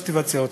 שתבצע אותם.